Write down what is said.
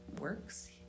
works